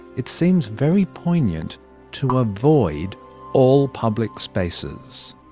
it seems very poignant to avoid all public spaces.